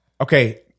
Okay